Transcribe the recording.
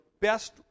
best